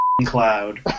cloud